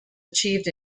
achieved